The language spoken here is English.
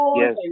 Yes